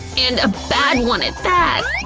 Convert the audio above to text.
and a bad one at that!